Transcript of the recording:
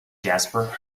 jasper